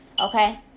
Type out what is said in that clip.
okay